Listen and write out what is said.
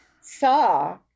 saw